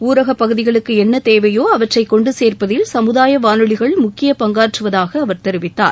ஊரக பகுதிகளுக்கு என்ன தேவையோ அவற்றை கொண்டுசேர்ப்பதில் சமுதாய வானொலிகள் முக்கிய பங்காற்றுவதாக அவர் தெரிவித்தார்